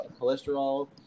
cholesterol